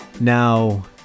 Now